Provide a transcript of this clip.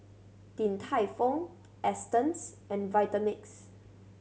Din Tai Fung Astons and Vitamix